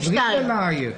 סעיף (2).